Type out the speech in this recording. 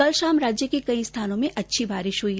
कल शाम राज्य के कई स्थानों में अच्छी बारिश हुई